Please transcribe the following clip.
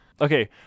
Okay